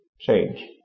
change